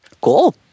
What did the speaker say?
Cool